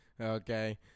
okay